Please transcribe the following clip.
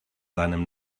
seinem